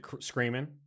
screaming